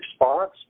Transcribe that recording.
response